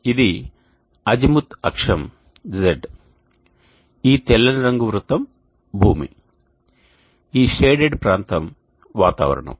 ఇప్పుడు ఇది అజిముత్ అక్షం Z ఈ తెల్లని రంగు వృత్తం భూమి ఈ షేడెడ్ ప్రాంతం వాతావరణం